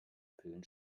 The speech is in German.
pillen